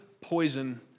poison